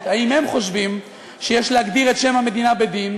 האם הם חושבים שיש להגדיר את שם המדינה בדין,